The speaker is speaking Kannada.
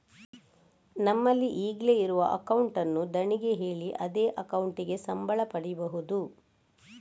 ನಮ್ಮಲ್ಲಿ ಈಗ್ಲೇ ಇರುವ ಅಕೌಂಟ್ ಅನ್ನು ಧಣಿಗೆ ಹೇಳಿ ಅದೇ ಅಕೌಂಟಿಗೆ ಸಂಬಳ ಪಡೀಬಹುದು